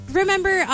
remember